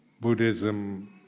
Buddhism